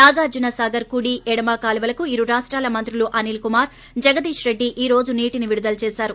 నాగార్షునసాగర్ కుడి ఎడమ కాలువలకు ఇరు రాష్టాల మంత్రులు అనిల్ కుమార్ జగదీష్రెడ్డి ఈ రోజు నీటిని విడుదల చేశారు